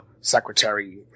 secretary